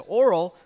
oral